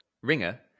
ringer